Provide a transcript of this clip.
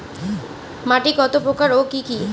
মাটি কত প্রকার ও কি কি?